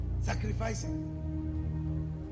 sacrificing